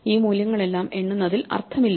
ഈ മൂല്യങ്ങളെല്ലാം എണ്ണുന്നതിൽ അർത്ഥമില്ല